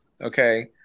Okay